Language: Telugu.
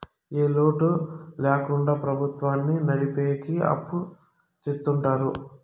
ఏ లోటు ల్యాకుండా ప్రభుత్వాన్ని నడిపెకి అప్పు చెత్తుంటారు